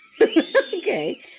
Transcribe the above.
Okay